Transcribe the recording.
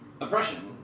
oppression